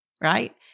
right